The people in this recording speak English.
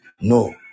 no